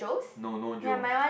no no Joe's